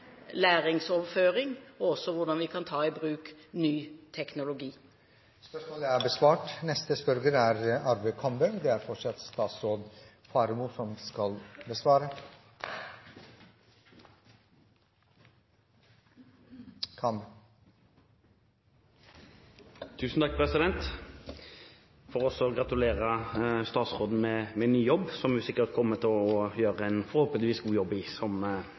læringsoverføring, og også hvordan vi kan ta i bruk ny teknologi. Jeg vil også gratulere statsråden med ny jobb. Hun kommer sikkert til å gjøre en god jobb – som sin forgjenger: «Haugaland og Sunnhordland politidistrikt har gjennom lang tid hatt blant landets dårligste politidekning, med